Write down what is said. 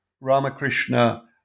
Ramakrishna